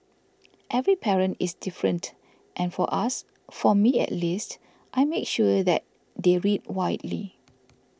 every parent is different and for us for me at least I make sure that they read widely